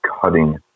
cutting